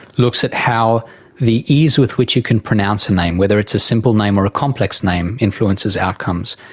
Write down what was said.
looks at how the ease with which you can pronounce a name, whether it's a simple name or a complex name, influences outcomes.